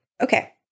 okay